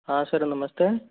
हाँ सर नमस्ते